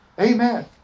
Amen